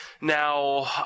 Now